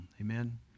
Amen